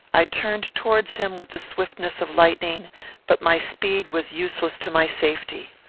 i turned towards him with the swiftness of lightning but my speed was useless to my safety.